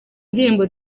ndirimbo